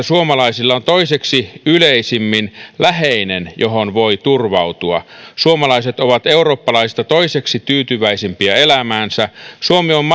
suomalaisilla on toiseksi yleisimmin läheinen johon voi turvautua suomalaiset ovat eurooppalaisista toiseksi tyytyväisimpiä elämäänsä suomi on